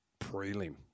prelim